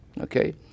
Okay